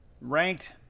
ranked